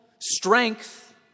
strength